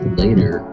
later